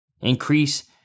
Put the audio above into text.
Increase